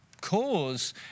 cause